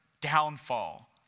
downfall